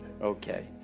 Okay